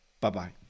Bye-bye